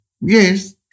Yes